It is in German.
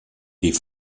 die